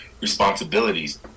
responsibilities